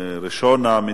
5443, 5452 ו-5454.